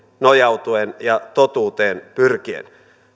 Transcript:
nojautuen ja totuuteen pyrkien